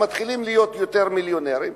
ומתחילים להיות יותר מיליונרים,